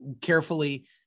carefully